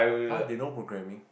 !huh! they know programming